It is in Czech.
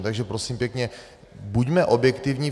Takže prosím pěkně buďme objektivní v tom.